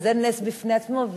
שזה נס בפני עצמו,